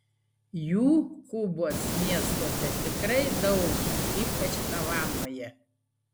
jų kubos miestuose tikrai daug ypač havanoje